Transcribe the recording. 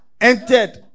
entered